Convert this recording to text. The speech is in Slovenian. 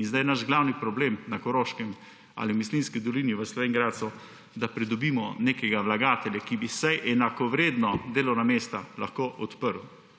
In zdaj je naš glavni problem na Koroškem, ali v Mislinjski dolini, v Slovenj Gradcu, da pridobimo nekega vlagatelja, ki bi vsaj enakovredno delovna mesta lahko odprl.